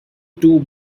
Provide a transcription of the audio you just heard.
two